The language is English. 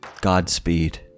godspeed